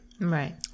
Right